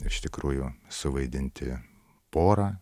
iš tikrųjų suvaidinti porą